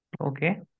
Okay